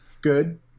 good